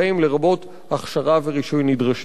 לרבות הכשרה ורישוי נדרשים.